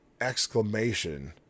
exclamation